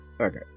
okay